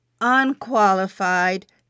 unqualified